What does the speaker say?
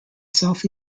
south